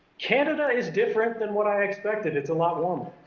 canada is different than what i expected. it's a lot warmer.